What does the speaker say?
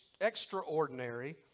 extraordinary